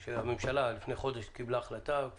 של הממשלה שקיבלה החלטה לפני חודש,